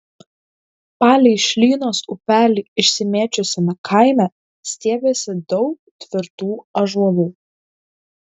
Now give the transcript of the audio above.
palei šlynos upelį išsimėčiusiame kaime stiebėsi daug tvirtų ąžuolų